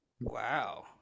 Wow